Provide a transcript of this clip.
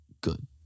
good